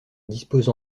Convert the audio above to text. dispose